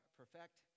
perfect